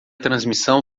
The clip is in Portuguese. transmissão